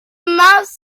mouse